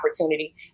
opportunity